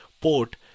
port